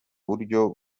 buryo